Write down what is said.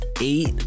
eight